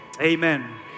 amen